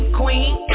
queen